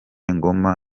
ngoma